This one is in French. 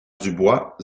dubois